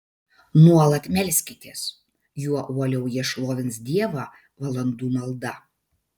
nuolat melskitės juo uoliau jie šlovins dievą valandų malda